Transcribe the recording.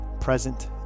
present